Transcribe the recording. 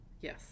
Yes